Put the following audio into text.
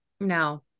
no